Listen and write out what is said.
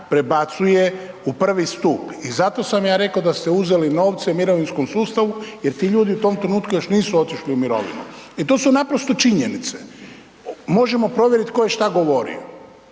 prebacuje u prvi stup i zato sam ja rekao da ste uzeli novce mirovinskom sustavu jer ti ljudi u tom trenutku još nisu otišli u mirovinu i to su naprosto činjenice. Možemo provjeriti tko je što govorio.